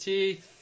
Teeth